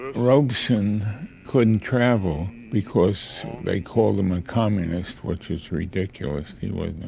robeson couldn't travel because they called him a communist, which is ridiculous. he wasn't